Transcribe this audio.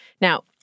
Now